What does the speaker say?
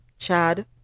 Chad